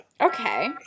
Okay